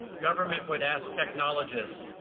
government would ask technologists,